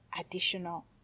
additional